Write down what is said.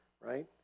right